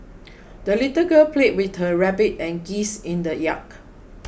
the little girl played with her rabbit and geese in the yard